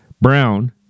Brown